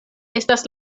estas